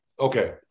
Okay